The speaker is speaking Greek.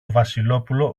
βασιλόπουλο